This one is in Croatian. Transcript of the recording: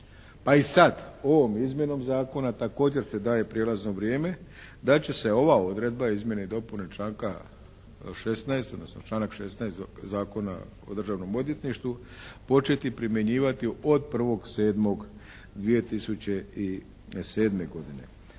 Pa i sad ovom izmjenom Zakona također se daje prijelazno vrijeme da će se ova odredba izmjene i dopune članka 16., odnosno članak 16. Zakona o Državnom odvjetništvu početi primjenjivati od 1.7.2007. godine.